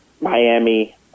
Miami